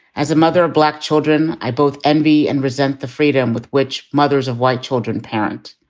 as a mother of black children, i both envy and resent the freedom with which mothers of white children parent.